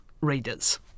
readers